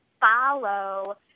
follow